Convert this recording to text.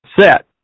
set